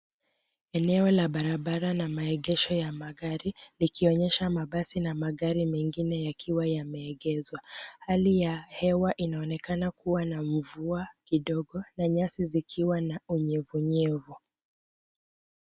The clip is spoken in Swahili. Eneo la barabara na maegesho ya magari ikionyesha mabasi na magari mengine yakiwa yameegeshwa. Hali ya hewa inaonekana kuwa na mvua kidogo na nyasi zikiwa na unyevunyevu.